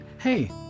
hey